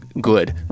good